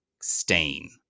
stain